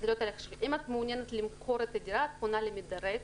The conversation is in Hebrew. אם את מעוניינת למכור את הדירה את פונה למדרג.